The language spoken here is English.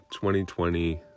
2020